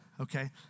Okay